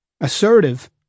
Assertive